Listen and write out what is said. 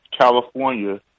California